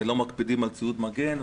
לא מקפידים על ציוד מגן.